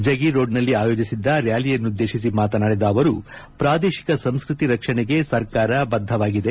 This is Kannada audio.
ಜಗೀರೋಡ್ನಲ್ಲಿ ಆಯೋಜಿಸಿದ್ದ ರ್್ಾಲಿಯನ್ನುದ್ದೇತಿಸಿ ಮಾತನಾಡಿದ ಅವರು ಪ್ರಾದೇಶಿಕ ಸಂಸ್ಕೃತಿ ರಕ್ಷಣೆಗೆ ಸರ್ಕಾರ ಬದ್ದವಾಗಿದೆ